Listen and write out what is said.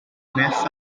mess